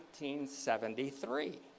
1973